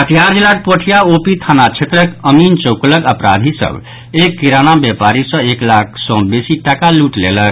कटिहार जिलाक पोठिया ओपी थाना क्षेत्रक अमीन चौक लग अपराधी सभ एक किराना व्यापारी सँ एक लाख सँ बेसीक टाका लूटि लेलक